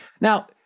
Now